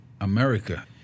America